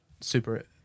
super